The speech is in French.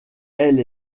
elle